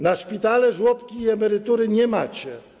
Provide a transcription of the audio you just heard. Na szpitale, żłobki i emerytury nie macie.